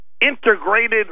integrated